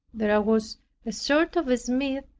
there was a sort of a smith,